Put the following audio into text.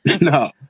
No